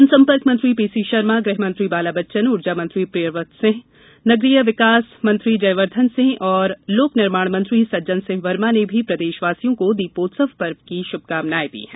जनसंपर्क मंत्री पीसी शर्मा गृहमंत्री बालाबच्चन ऊर्जा मंत्री प्रियव्रत सिंह नगरीय विकास मंत्री जयवर्धन सिंह और लोक निर्माण मंत्री सज्जन सिंह वर्मा ने भी प्रदेशवासियों को दीपोत्सव पर्व की शुभकामनाएं दी हैं